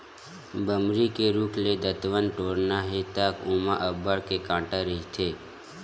बमरी के रूख ले दतवत टोरना हे त ओमा अब्बड़ के कांटा रहिथे